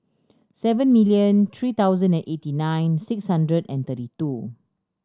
seven million three thousand and eighty nine six hundred and thirty two